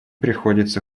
приходится